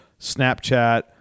Snapchat